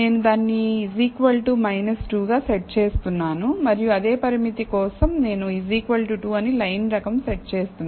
నేను దానిని 2 గా సెట్ చేస్తున్నాను మరియు అదే పరిమితి కోసం నేను 2 అని లైన్ రకం సెట్ చేస్తున్నాను